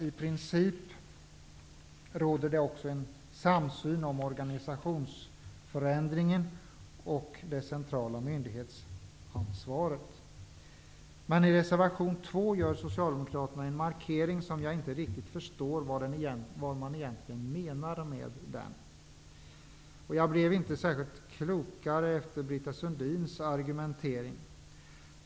I princip råder det också en samsyn om organisationsförändringen och det centrala myndighetsansvaret. Men i reservation nr 2 gör Socialdemokraterna en markering som jag inte riktigt förstår vad man egentligen menar med. Jag blev inte klokare efter Britta Sundins argumentering.